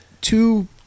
two